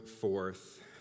forth